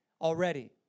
already